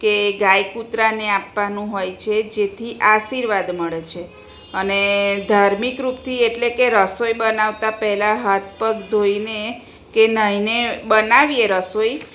કે ગાય કૂતરાને આપવાનું હોય છે જેથી આશીર્વાદ મળે છે અને ધાર્મિક રૂપથી એટલે કે રસોઈ બનાવતા પહેલાં હાથ પગ ધોઈને કે નાહીને બનાવીએ રસોઈ